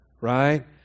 right